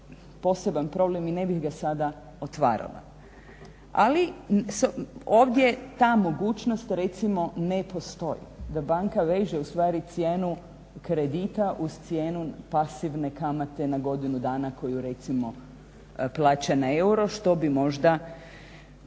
poseban problem i ne bih ga sada otvarala. Ali, ovdje ta mogućnost recimo ne postoji. Da banka veže ustvari cijenu kredita uz cijenu pasivne kamate na godinu dana koju recimo plaća na euro što bi možda